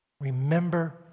Remember